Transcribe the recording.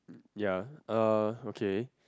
ya uh okay